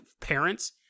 parents